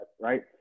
Right